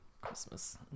christmas